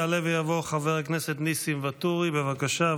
יעלה ויבוא חבר הכנסת נסים ואטורי, בבקשה.